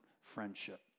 friendship